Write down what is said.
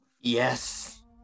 Yes